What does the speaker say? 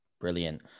Brilliant